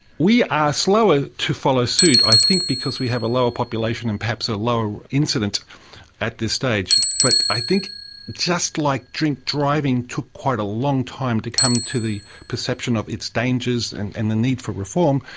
we are slower to follow suit i think because we have a lower population and perhaps a lower incidence at this stage, but i think just like drink driving took quite a long time to come to the perception of its dangers and and the need for reform,